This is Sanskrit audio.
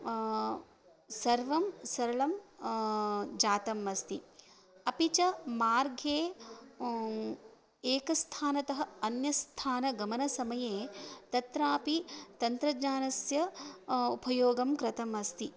सर्वं सरलं जातम् अस्ति अपि च मार्गे एकस्थानात् अन्यस्थानगमनसमये तत्रापि तन्त्रज्ञानस्य उपयोगं कृतम् अस्ति